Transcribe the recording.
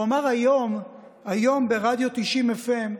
הוא אמר היום ברדיו FM90,